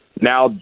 now